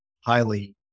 highly